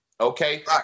okay